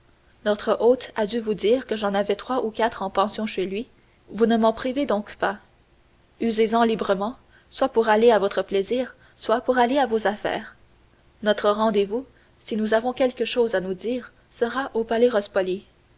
notre hôte a dû vous dire que j'en avais trois ou quatre en pension chez lui vous ne m'en privez donc pas usez-en librement soit pour aller à votre plaisir soit pour aller à vos affaires notre rendez-vous si nous avons quelque chose à nous dire sera au